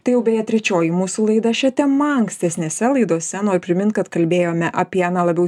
tai jau beje trečioji mūsų laida šia tema ankstesnėse laidose noriu primint kad kalbėjome apie na labiau